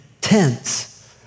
tents